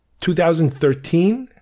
2013